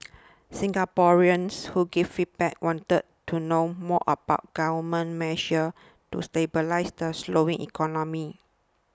Singaporeans who gave feedback wanted to know more about Government measures to stabilise the slowing economy